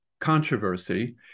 controversy